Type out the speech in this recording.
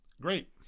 Great